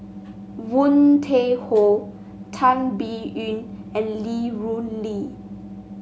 Woon Tai Ho Tan Biyun and Li Rulin